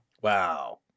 Wow